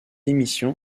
émission